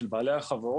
של בעלי החברות.